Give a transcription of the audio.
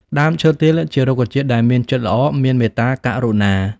ដើមឈើទាលជារុក្ខជាតិដែលមានចិត្តល្អ មានមេត្តាករុណា។